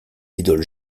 idoles